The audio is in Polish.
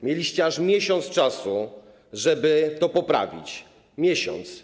Mieliście aż miesiąc, żeby to poprawić - miesiąc.